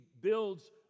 builds